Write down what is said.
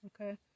okay